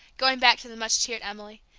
going back to the much-cheered emily,